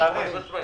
בסדר.